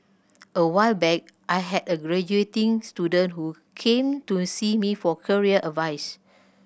a while back I had a graduating student who came to see me for career advice